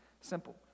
simple